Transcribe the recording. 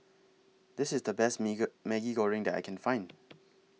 This IS The Best Maggi Goreng that I Can Find